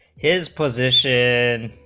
his position